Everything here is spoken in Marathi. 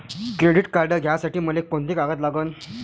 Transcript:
क्रेडिट कार्ड घ्यासाठी मले कोंते कागद लागन?